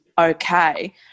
okay